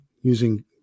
using